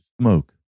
smoke